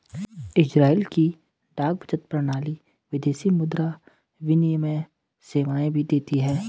Israel की डाक बचत प्रणाली विदेशी मुद्रा विनिमय सेवाएं भी देती है